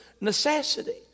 necessity